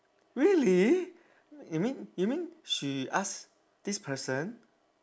really you mean you mean she ask this person